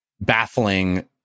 baffling